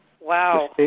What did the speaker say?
Wow